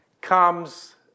comes